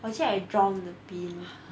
or was it I drown the bean